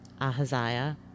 Ahaziah